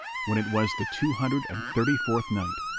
when it was the two hundred and thirty-fourth night,